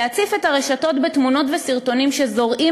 להציף את הרשתות בתמונות וסרטונים שזורעים